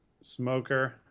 Smoker